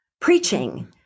preaching